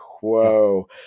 whoa